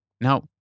Now